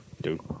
dude